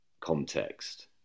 context